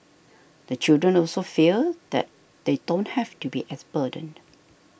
the children also feel that they don't have to be as burdened